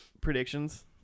predictions